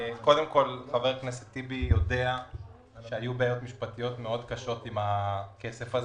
חבר הכנסת טיבי יודע שהיו בעיות משפטיות קשות מאוד עם הכסף הזה.